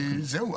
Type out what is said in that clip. זהו.